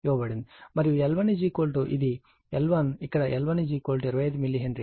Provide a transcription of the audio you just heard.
మరియు L1 ఇది L1 ఇక్కడ L1 25 మిల్లీ హెన్రీ